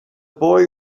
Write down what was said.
boy